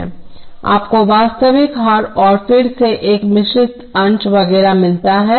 समय देखें १०५२ तो आपको वास्तविक हर और फिर एक सम्मिश्र अंश वगैरह मिलता है